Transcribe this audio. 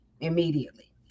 immediately